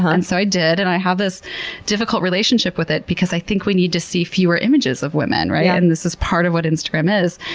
ah and so i did. and i have this difficult relationship with it because i think we need to see fewer images of women yeah and this is part of what instagram is.